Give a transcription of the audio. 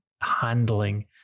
handling